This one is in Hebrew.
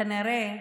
כנראה,